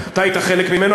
אתה היית חלק ממנו,